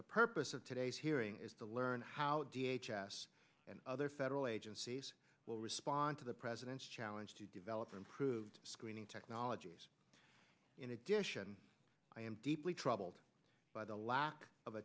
the purpose of today's hearing is to learn how other federal agencies will respond to the president's challenge to develop improved screening technologies in addition i am deeply troubled by the lack of